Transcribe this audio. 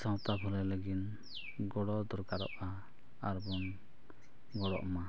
ᱥᱟᱶᱛᱟ ᱵᱷᱟᱹᱞᱟᱹᱭ ᱞᱟᱹᱜᱤᱫ ᱜᱚᱲᱚ ᱫᱚᱨᱠᱟᱨᱚᱜᱼᱟ ᱟᱨ ᱵᱚᱱ ᱜᱚᱲᱚᱜᱼᱢᱟ